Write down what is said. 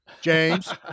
James